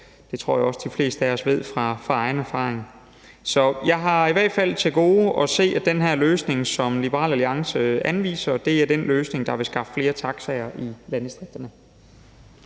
Det tror jeg også at de fleste af os ved fra egen erfaring. Så jeg har i hvert fald til gode at se, at den her løsning, som Liberal Alliance anviser, er den løsning, der vil skaffe flere taxaer i landdistrikterne.